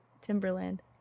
Timberland